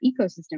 ecosystem